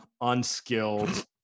unskilled